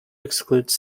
excludes